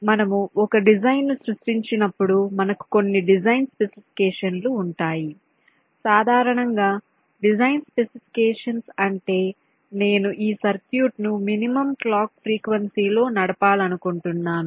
కాబట్టి మనము ఒక డిజైన్ను సృష్టించినప్పుడు మనకు కొన్ని డిజైన్ స్పెసిఫికేషన్లు ఉంటాయి సాధారణంగా డిజైన్ స్పెసిఫికేషన్స్ అంటే నేను ఈ సర్క్యూట్ను మినిమం క్లాక్ ఫ్రీక్వెన్సీ లో నడపాలనుకుంటున్నాను